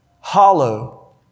hollow